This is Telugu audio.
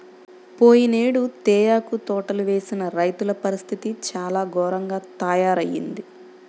పోయినేడు తేయాకు తోటలు వేసిన రైతుల పరిస్థితి చాలా ఘోరంగా తయ్యారయింది